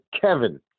Kevin